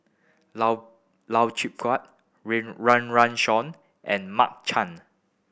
Lau Lau Chiap Khai Rain Run Run Shaw and Mark Chan